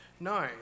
No